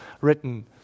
written